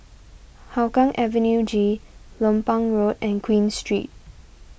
Hougang Avenue G Lompang Road and Queen Street